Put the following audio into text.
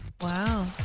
Wow